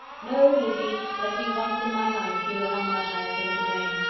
no, lizzy, let me once in my life feel how much i have been to blame.